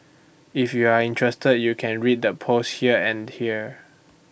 if you're interested you can read the posts here and here